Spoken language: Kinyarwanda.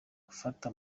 gufata